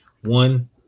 one